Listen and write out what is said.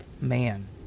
man